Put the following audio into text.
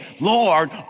Lord